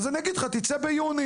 אז אני אגיד לך תצא ביוני.